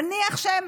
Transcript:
נניח שהם